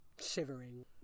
shivering